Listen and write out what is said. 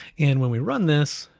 and when we run this,